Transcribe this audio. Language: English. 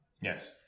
yes